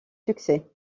succès